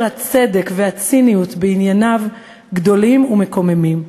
הצדק והציניות בענייניו גדולים ומקוממים.